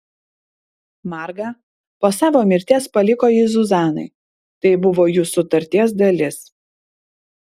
marga po savo mirties paliko jį zuzanai tai buvo jų sutarties dalis